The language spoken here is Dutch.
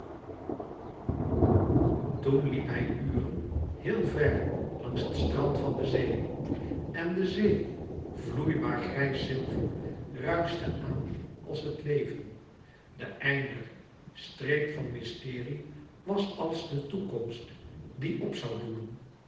toen liep hij uren heel ver langs het strand van de zee en de zee vloeibaar grijs zilver ruischte aan als het leven de einder streep van mysterie was als de toekomst die op zoû doemen